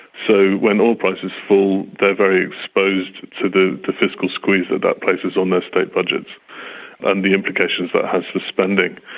so when oil prices fall they are very exposed to the fiscal squeeze that that places on their state budgets and the implications that has for spending.